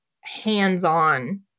hands-on